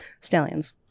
Stallions